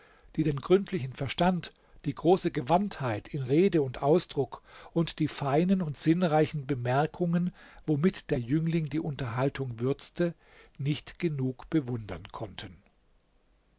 die den gründlichen verstand die große gewandtheit in rede und ausdruck und die feinen und sinnreichen bemerkungen womit der jüngling die unterhaltung würzte nicht genug bewundern konnten